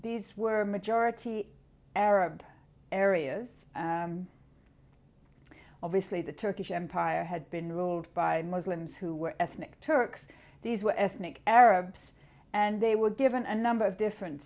these were majority arab areas obviously the turkish empire had been ruled by muslims who were ethnic turks these were ethnic arabs and they were given a number of different